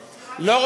לא,